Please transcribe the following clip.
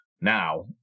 Now